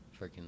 Freaking